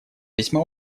весьма